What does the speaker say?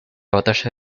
batalla